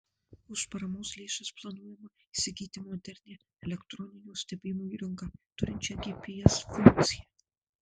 už paramos lėšas planuojama įsigyti modernią elektroninio stebėjimo įrangą turinčią gps funkciją